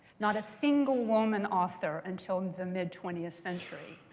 not a single woman author until the mid twentieth century.